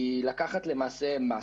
היא לקחת למעשה מס.